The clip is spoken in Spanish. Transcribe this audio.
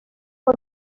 fue